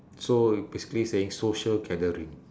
so you basically saying social gathering